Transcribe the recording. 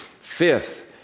Fifth